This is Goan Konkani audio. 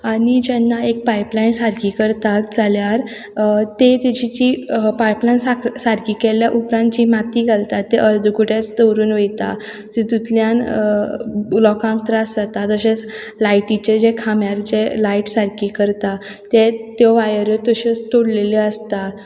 आनी जेन्ना पायप लायन सारकी करतात जाल्यार ते तेजी जी पायप लायन सारकी केल्या उपरांत जी माती घालतात ती अर्दकुटे दवरून वयता तितूंतल्यान लोकांक त्रास जाता तशेंच लायटीचे जे खांब्यार जे लायट सारकी करतात ते त्यो वायऱ्यो तश्योच तोडिल्ल्यो आसता